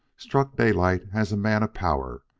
struck daylight as a man of power,